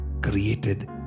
created